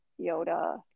Yoda